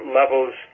levels